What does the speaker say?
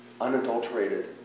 unadulterated